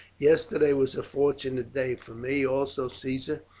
yesterday was a fortunate day for me, also, caesar,